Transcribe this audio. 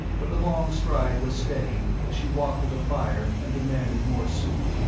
but the long stride was steady as she walked to the fire and demanded more soup.